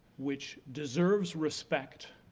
which deserves respect,